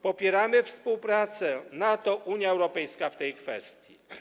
Popieramy współpracę NATO - Unia Europejska w tej kwestii.